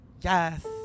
Yes